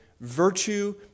virtue